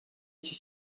iki